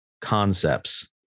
Concepts